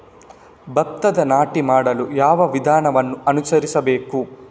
ಭತ್ತದ ನಾಟಿ ಮಾಡಲು ಯಾವ ವಿಧಾನವನ್ನು ಅನುಸರಿಸಬೇಕು?